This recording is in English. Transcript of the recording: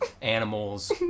animals